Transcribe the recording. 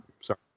Sorry